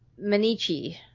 Manichi